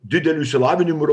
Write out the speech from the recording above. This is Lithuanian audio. dideliu išsilavinimu ir